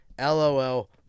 LOL